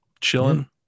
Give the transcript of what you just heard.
chilling